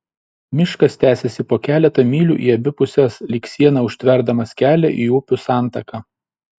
miškas tęsėsi po keletą mylių į abi puses lyg siena užtverdamas kelią į upių santaką